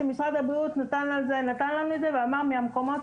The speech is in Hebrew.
שמשרד הבריאות נתן לנו ואמר שמהמקומות